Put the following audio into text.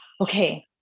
okay